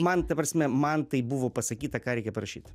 man ta prasme man tai buvo pasakyta ką reikia parašyt